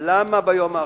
למה ביום האחרון?